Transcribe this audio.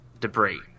debris